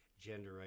gender